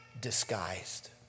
disguised